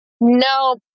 No